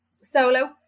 solo